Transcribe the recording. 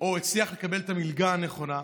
או הצליח לקבל את המלגה הנכונה,